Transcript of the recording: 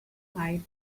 night